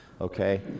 Okay